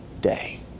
day